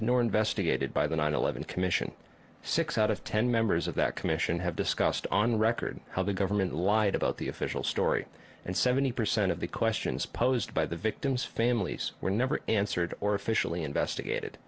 mentioned nor investigated by the nine eleven commission six out of ten members of that commission have discussed on the record how the government lied about the official story and seventy percent of the questions posed by the victims families were never answered or officially investigated